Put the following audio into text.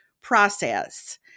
process